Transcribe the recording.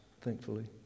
thankfully